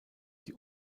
die